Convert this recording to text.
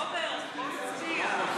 רוברט, בוא נצביע.